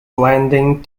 lending